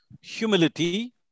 humility